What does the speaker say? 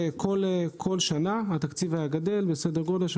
כל שנה התקציב היה גדל בסדר גודל של